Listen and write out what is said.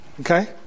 Okay